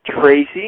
Tracy